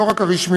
לא רק הרשמיים,